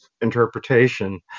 interpretation